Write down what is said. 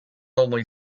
only